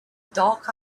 dark